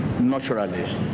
naturally